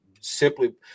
simply